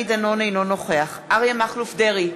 אינו נוכח אריה מכלוף דרעי,